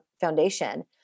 foundation